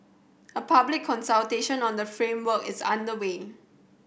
a public consultation on the framework is underway